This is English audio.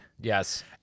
Yes